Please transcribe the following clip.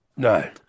No